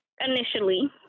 initially